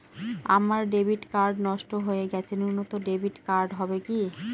আমার debit card নষ্ট হয়ে গেছে নূতন ডেবিট কার্ড হবে কি?